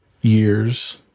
years